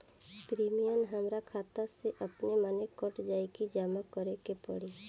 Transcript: Premium हमरा खाता से अपने माने कट जाई की जमा करे के पड़ी?